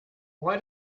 why